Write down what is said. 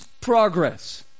progress